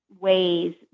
ways